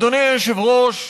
אדוני היושב-ראש,